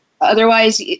Otherwise